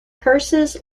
curses